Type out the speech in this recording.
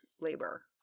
labor